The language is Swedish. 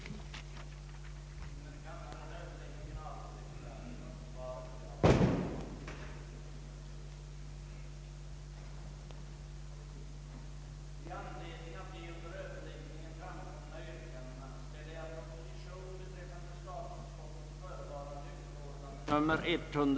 Den lagstadgade offentliga representationen borde enligt reservanterna begränsas till de organ inom bankerna som normalt fattade de avgörande besluten i frågor av stor räckvidd och av principiell betydelse.